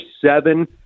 seven